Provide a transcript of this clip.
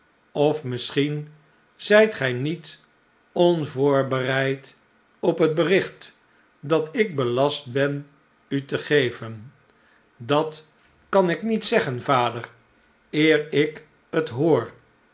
of misschien zijt gij niet on voorbereid op het bericht dat ik belast ben u te geven dat kan ik niet zeggen vader eer ik het hoor